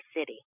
city